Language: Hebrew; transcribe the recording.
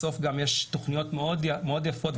בסוף יש גם תוכניות מאוד יפות,